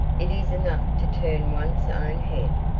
it is enough to turn one's own head.